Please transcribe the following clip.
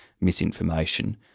misinformation